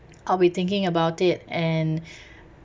I'll be thinking about it and